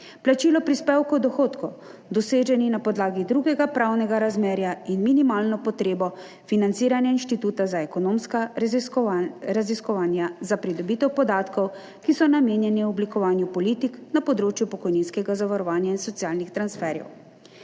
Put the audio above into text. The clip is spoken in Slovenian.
plačilo prispevkov od dohodkov, doseženih na podlagi drugega pravnega razmerja, in minimalna potreba financiranja Inštituta za ekonomska raziskovanja za pridobitev podatkov, ki so namenjeni oblikovanju politik na področju pokojninskega zavarovanja in socialnih transferjev.